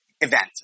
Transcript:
event